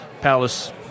palace